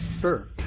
sure